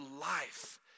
life